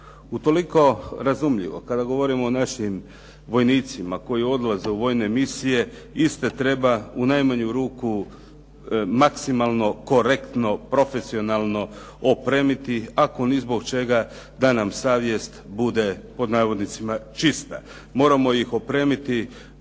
Utoliko razumljivo, kada govorimo o našim vojnicima koji odlaze u vojne misije iste treba u najmanju ruku maksimalno, korektno, profesionalno opremiti, ako ni zbog čega da nam savjest bude, pod navodnicima "čista". Moramo ih opremiti